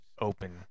open